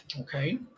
okay